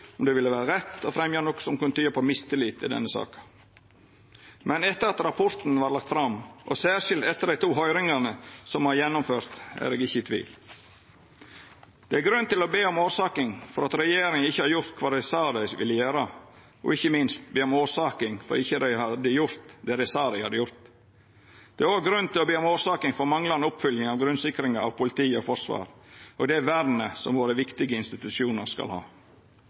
om det ville vera rett å fremja noko som kunne tyda på mistillit i denne saka. Men etter at rapporten vart lagd fram, og særskilt etter dei to høyringane me har gjennomført, er eg ikkje i tvil. Det er grunn til å be om orsaking for at regjeringa ikkje har gjort det dei sa dei ville gjera, og ikkje minst for at dei ikkje har gjort det dei sa dei hadde gjort. Det er òg grunn til å be om orsaking for manglande oppfølging av grunnsikring av politi og forsvar, og det vernet som dei viktige institusjonane våre skal ha.